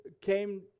came